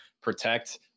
protect